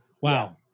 Wow